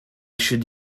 should